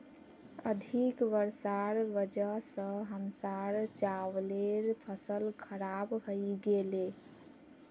अधिक वर्षार वजह स हमसार चावलेर फसल खराब हइ गेले